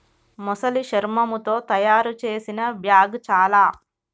మొసలి శర్మముతో తాయారు చేసిన బ్యాగ్ చాల